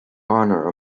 honor